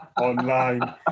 online